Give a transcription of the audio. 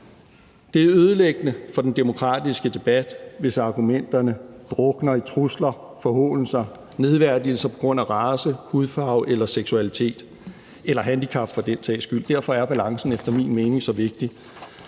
Det er ødelæggende for den demokratiske debat, hvis argumenterne drukner i trusler, forhånelser og nedværdigelser på grund af race, hudfarve eller seksualitet eller handicap for den sags skyld. Derfor er balancen efter min mening så vigtig.